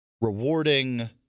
rewarding